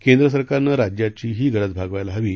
केंद्र सरकारनं राज्याची ही गरज भागवायला हवी